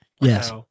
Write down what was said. Yes